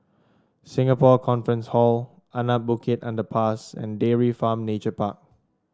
Singapore Conference Hall Anak Bukit Underpass and Dairy Farm Nature Park